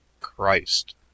Christ